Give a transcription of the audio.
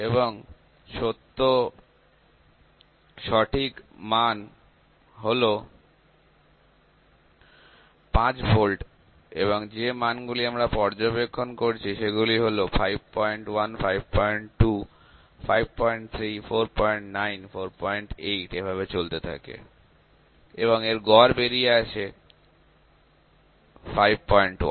এবং আসল মান হল ৫ ভোল্ট এবং যে মান গুলি আমরা পর্যবেক্ষণ করছি সেগুলি হল ৫১ ৫২ ৫৩ ৪৯ ৪৮ এভাবে চলতে থাকে এবং এর গড় বেরিয়ে আসে এ৫১